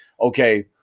okay